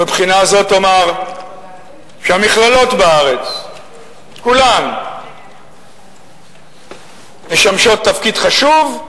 ומבחינה זאת אומַר שהמכללות בארץ כולן משמשות תפקיד חשוב,